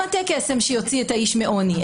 קסם שיוציא את האיש מעוני,